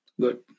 Good